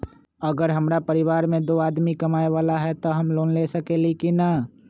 अगर हमरा परिवार में दो आदमी कमाये वाला है त हम लोन ले सकेली की न?